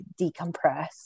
decompress